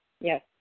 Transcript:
Yes